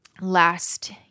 last